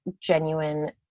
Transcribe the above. genuine